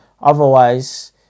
otherwise